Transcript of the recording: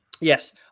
Yes